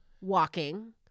walking